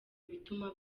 bituma